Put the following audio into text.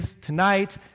tonight